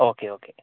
okay okay